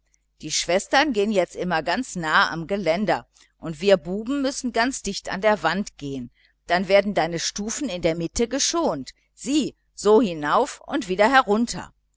die schwestern gehen jetzt immer ganz nahe am geländer und wir buben müssen ganz dicht an der wand gehen dann werden deine stufen in der mitte geschont sieh so hinauf und so wieder herunter